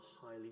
highly